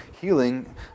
healing